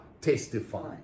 testifying